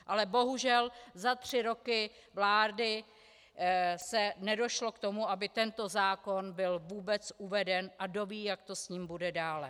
Ale bohužel za tři roky vlády se nedošlo k tomu, aby tento zákon byl vůbec uveden, a kdo ví, jak to s ním bude dále.